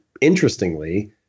interestingly